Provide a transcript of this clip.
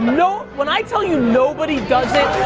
no, when i tell you nobody does it,